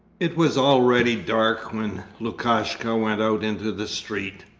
it was already dark when lukashka went out into the street.